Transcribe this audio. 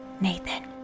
Nathan